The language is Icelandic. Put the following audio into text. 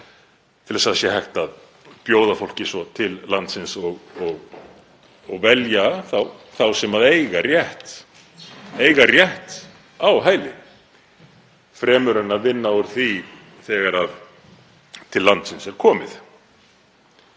til að hægt sé að bjóða fólki til landsins og velja þá sem eiga rétt á hæli fremur en að vinna úr því þegar til landsins er komið.